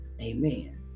amen